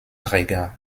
reger